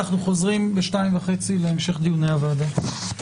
אנחנו חוזרים בשעה 14:30 להמשך דיוני הוועדה.